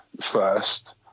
first